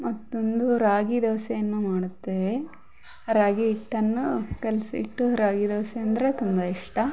ಮತ್ತೊಂದು ರಾಗಿ ದೋಸೆಯನ್ನು ಮಾಡುತ್ತೇವೆ ರಾಗಿ ಹಿಟ್ಟನ್ನು ಕಲಿಸಿಟ್ಟು ರಾಗಿ ದೋಸೆ ಅಂದರೆ ತುಂಬ ಇಷ್ಟ